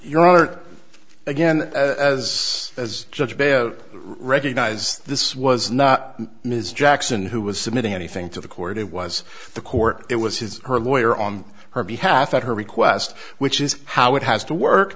honor again as as judge by recognize this was not ms jackson who was submitting anything to the court it was the court it was his her lawyer on her behalf at her request which is how it has to work